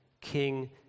king